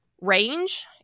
range